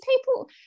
people